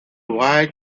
wide